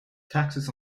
taxes